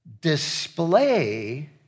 display